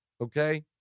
okay